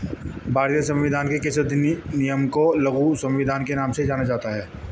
भारतीय संविधान के किस संशोधन अधिनियम को लघु संविधान के नाम से जाना जाता है?